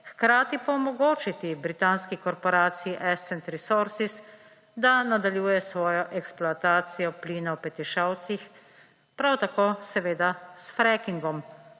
hkrati pa omogočiti britanski korporaciji Ascent Resources, da nadaljuje s svojo eksploatacijo plina v Petišovcih, prav tako seveda s frackingom,